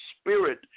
spirit